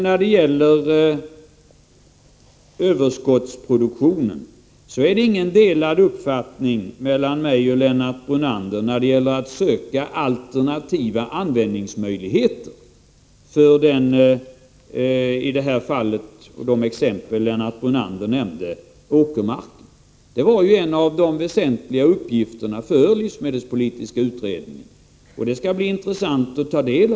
Beträffande överskottsproduktionen vill jag säga att det inte råder några delade uppfattningar mellan mig och Lennart Brunander när det gäller att söka alternativa möjligheter att använda t.ex. den åkermark som Lennart Brunander talade om i samband med de exempel han gav.